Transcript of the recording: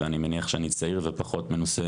ואני מניח שאני צעיר ופחות מנוסה